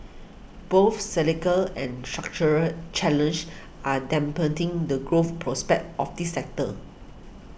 both cyclical and structural challenges are dampening the growth prospects of this sector